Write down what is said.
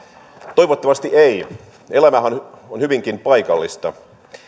toivottavasti eivät elämähän on hyvinkin paikallista